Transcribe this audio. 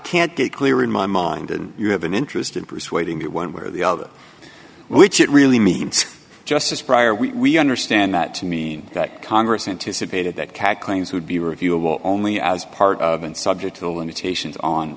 can't get clear in my mind and you have an interest in persuading it one way or the other which it really means just as prior we understand that to mean that congress anticipated that cad claims would be reviewable only as part of and subject to the limitations on